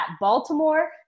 Baltimore